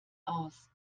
aus